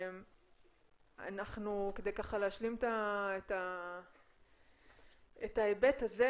אנחנו כדי להשלים את ההיבט הזה,